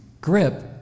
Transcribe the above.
GRIP